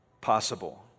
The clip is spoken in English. possible